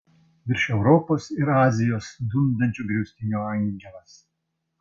virš europos ir azijos dundančio griaustinio angelas